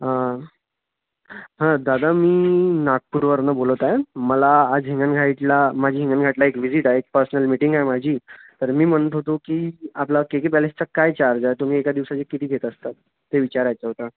हां हां दादा मी नागपूरवरनं बोलत आहे मला आज हिंगणघाटला माझी हिंगणघाटला एक विझिट आहे पर्सनल मिटींग आहे माझी तर मी म्हणत होतो की आपलं के के पॅलेसचा काय चार्ज आहे तुम्ही एका दिवसाचे किती घेत असतात ते विचारायचं होता